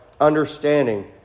understanding